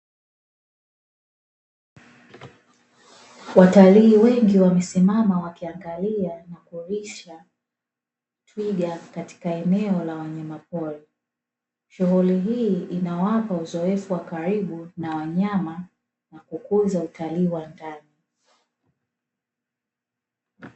Watalii wengi wamesimama wakiangalia na kulisha twiga katika eneo la wanyamapori. Shughuli hii inawapa uzoefu wa karibu na wanyama, na kukuza utalii wa ndani.